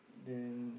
then